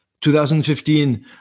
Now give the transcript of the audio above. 2015